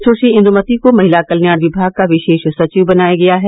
सुश्री C Indumati को महिला कल्याण विभाग का विशेष सचिव बनाया गया है